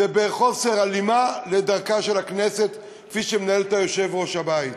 זה בחוסר הלימה לדרכה של הכנסת כפי שמנהל אותה יושב-ראש הבית.